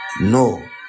No